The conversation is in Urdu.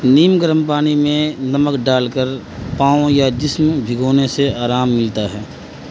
نیم گرم پانی میں نمک ڈال کر پاؤں یا جسم بھگونے سے آرام ملتا ہے